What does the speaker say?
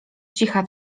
cicha